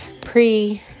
pre-